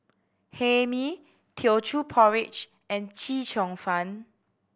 Hae Mee Teochew Porridge and Chee Cheong Fun